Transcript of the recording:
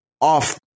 off